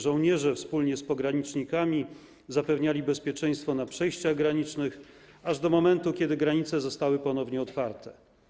Żołnierze wspólnie z pogranicznikami zapewniali bezpieczeństwo na przejściach granicznych aż do momentu, kiedy granice zostały ponownie otwarte.